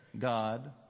God